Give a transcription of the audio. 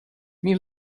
min